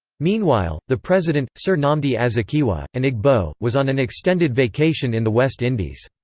meanwhile, the president, sir nnamdi azikiwe, an igbo, was on an extended vacation in the west indies.